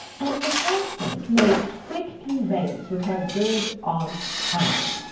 and for her sake mad'st quick conveyance with her good aunt anne.